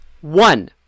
One